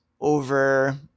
over